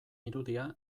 irudia